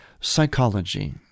psychology